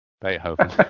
Beethoven